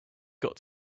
got